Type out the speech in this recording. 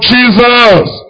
Jesus